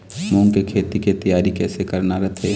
मूंग के खेती के तियारी कइसे करना रथे?